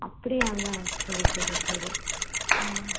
அப்படியாங்க சரி சரி சரி